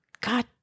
God